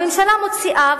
הממשלה מוציאה